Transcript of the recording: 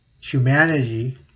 humanity